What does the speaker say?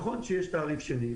נכון שיש תעריף שני,